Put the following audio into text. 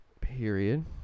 Period